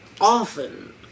often